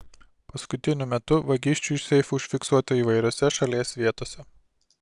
paskutiniu metu vagysčių iš seifų užfiksuota įvairiose šalies vietose